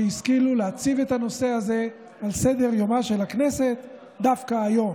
שהשכלתם להציב את הנושא הזה על סדר-יומה של הכנסת דווקא היום.